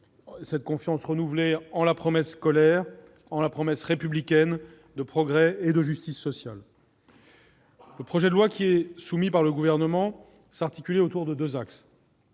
d'une confiance renouvelée en la promesse scolaire, en la promesse républicaine de progrès et de justice sociale. Le projet de loi soumis par le Gouvernement s'articulait autour de deux axes.